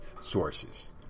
sources